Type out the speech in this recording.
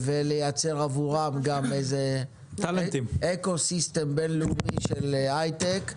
ולייצר עבורם גם איזה אקוסיסטם בין לאומי של היי-טק,